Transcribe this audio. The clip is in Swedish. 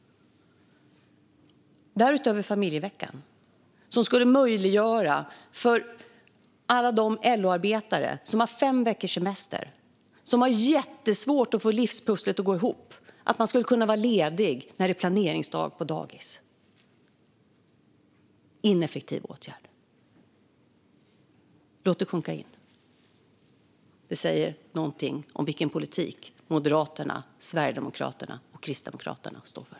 Därutöver har vi familjeveckan, som skulle möjliggöra för alla de LO-arbetare som har fem veckors semester och därför jättesvårt att få livspusslet att gå ihop att kunna vara lediga när det är planeringsdag på dagis - en ineffektiv åtgärd. Låt det sjunka in. Det säger någonting om vilken politik Moderaterna, Sverigedemokraterna och Kristdemokraterna står för.